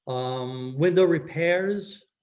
um window repairs,